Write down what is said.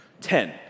Ten